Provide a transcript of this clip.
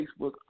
Facebook